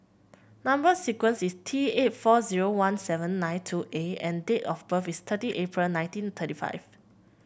number sequence is T eight four zero one seven nine two A and date of birth is thirty April nineteen thirty five